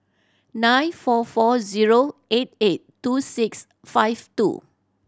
nine four four zero eight eight two six five two